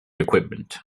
equipment